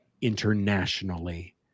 internationally